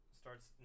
starts